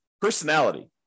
personality